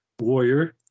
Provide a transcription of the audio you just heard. warrior